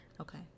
Okay